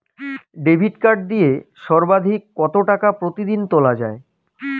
Debit card দিয়ে সর্বাধিক কত টাকা প্রতিদিন তোলা য়ায়?